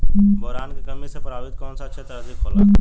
Boron के कमी से प्रभावित कौन सा क्षेत्र अधिक होला?